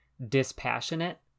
Dispassionate